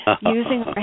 using